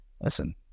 Listen